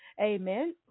Amen